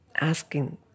asking